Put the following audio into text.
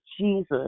Jesus